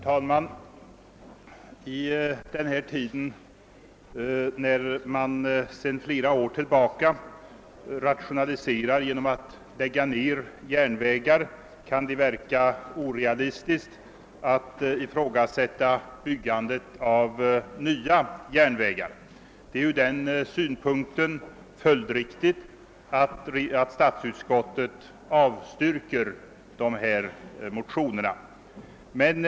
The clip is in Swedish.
Herr talman! Det kan i nuvarande läge, där man sedan flera år tillbaka bedriver rationaliseringsverksamhet genom nedläggning av järnvägar, verka orealistiskt att föreslå byggandet av nya järnvägar. Det är ur denna synpunkt följdriktigt att statsutskottet avstyrker de motioner som nu behandlas.